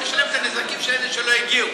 הם צריכים לשלם את הנזקים של אלה שלא הגיעו.